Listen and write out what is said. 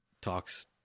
talks